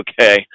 okay